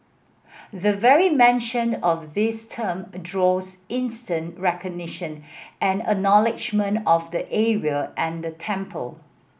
the very mentioned of this term draws instant recognition and acknowledgement of the area and the temple